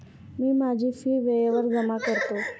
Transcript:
मी माझी फी वेळेवर जमा करतो